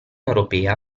europea